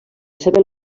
seva